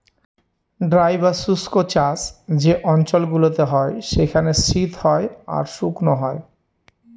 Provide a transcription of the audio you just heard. dry বা শুস্ক চাষ যে অঞ্চল গুলোতে হয় সেখানে শীত হয় আর শুকনো হয়